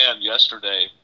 yesterday